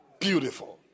Beautiful